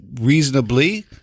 reasonably